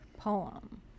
poem